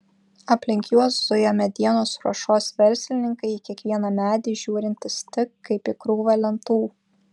aplink juos zuja medienos ruošos verslininkai į kiekvieną medį žiūrintys tik kaip į krūvą lentų